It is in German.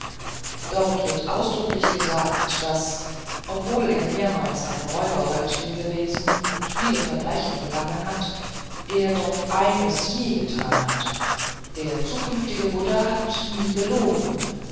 dort wird ausdrücklich gesagt daß obwohl er mehrmals ein räuberhäuptling gewesen und viele verbrechen begangen hat er doch eines nie getan hat der zukünftige buddha hat nie gelogen